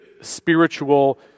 spiritual